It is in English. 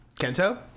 Kento